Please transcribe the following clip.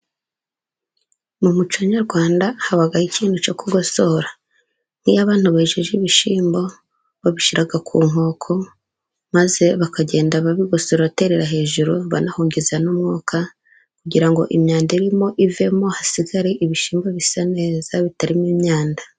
Mu muco nyarwanda haba ikintu cyo kugosora, nk'iyo abantu bejeje ibishimbo babishyira ku nkoko, maze bakagenda babigosorera hejuru banahuha n'umwuka kugira ngo imyanda irimo ivemo, hasigare ibishimbo bisa neza bitarimo imyanda.